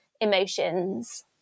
emotions